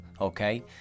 Okay